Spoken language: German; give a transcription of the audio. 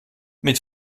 mit